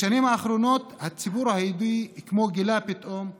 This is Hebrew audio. בשנים האחרונות הציבור היהודי כמו גילה פתאום את